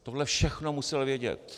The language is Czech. Tohle všechno musel vědět.